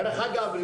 דרך אגב,